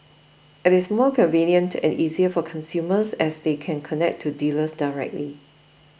it is more convenient and easier for consumers as they can connect to dealers directly